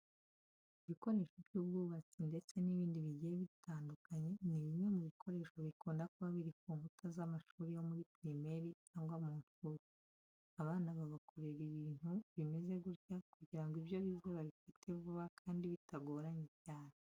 Ibikoresho by'ubwubutasi ndetse n'ibindi bigiye bitandukanye ni bimwe mu bikoresho bikunda kuba biri ku nkuta z'amashuri yo muri pirimeri cyangwa mu nshuke. Abana babakorera ibintu bimeze gutya kugira ngo ibyo bize babifate vuba kandi bitagoranye cyane.